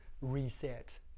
reset